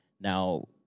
Now